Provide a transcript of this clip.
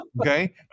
okay